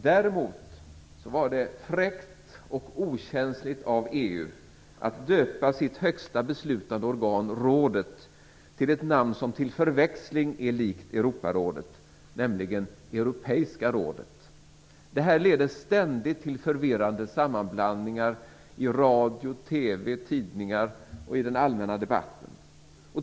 Däremot var det fräckt och okänsligt av EU att döpa sitt högsta beslutande organ, rådet, till ett namn som till förväxling är likt Europarådet, nämligen Europeiska rådet. Det leder ständigt till förvirrande sammanblandningar, i radio, TV, tidningar och i den allmänna debatten.